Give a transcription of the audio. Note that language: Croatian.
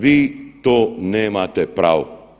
Vi to nemate pravo.